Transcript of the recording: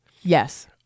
Yes